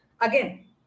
again